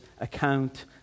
account